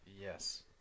Yes